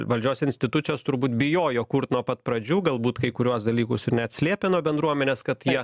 valdžios institucijos turbūt bijojo kurt nuo pat pradžių galbūt kai kuriuos dalykus ir net slėpė nuo bendruomenės kad jie